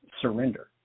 surrender